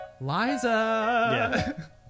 Liza